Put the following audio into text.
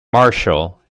marshal